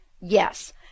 Yes